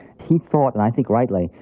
he thought, and i think rightly,